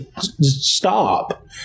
stop